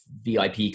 vip